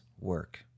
work